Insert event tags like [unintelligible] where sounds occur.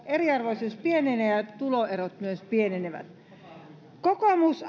eriarvoisuus pienenee ja ja tuloerot myös pienenevät kokoomus [unintelligible]